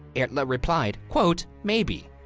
erla replied, quote, maybe,